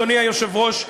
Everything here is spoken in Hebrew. אדוני היושב-ראש,